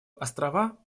острова